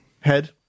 head